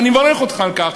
ואני מברך אותך על כך.